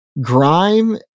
grime